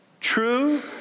True